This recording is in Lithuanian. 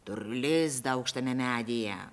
turiu lizdą aukštame medyje